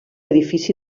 edifici